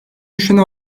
düşeni